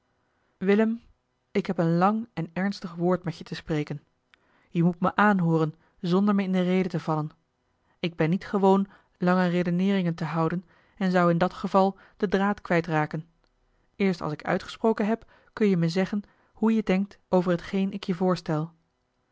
ik heb een lang en ernstig woord met je te spreken je moet me aanhooren zonder me in de rede te vallen ik ben niet gewoon lange redeneeringen te houden en zou in dat geval den draad kwijt raken eerst als ik uitgesproken heb kun je me zeggen hoe je denkt over hetgeen ik je voorstel